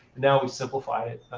now we've simplified it.